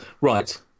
Right